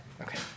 Okay